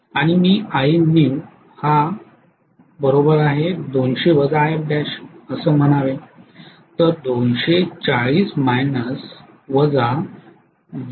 आणि मी Ianew 200−Ilf म्हणावे